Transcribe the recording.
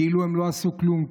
כאילו הם לא עשו כלום,